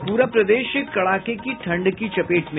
और पूरा प्रदेश कड़ाके की ठंड की चपेट में